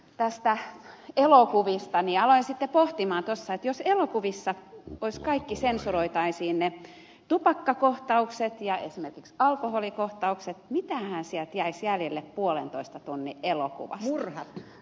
aloin sitten pohtia että jos elokuvissa sensuroitaisiin kaikki tupakkakoh taukset ja esimerkiksi alkoholikohtaukset mitähän siitä jäisi jäljelle puolentoista tunnin elokuvasta